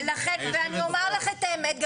אז אני, שנייה.